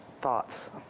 thoughts